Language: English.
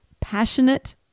passionate